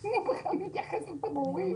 מי מתייחס לתמרורים?